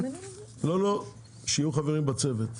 לא, לא, שיהיו חברים בצוות.